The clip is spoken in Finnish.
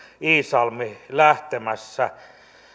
iisalmi lähtemässä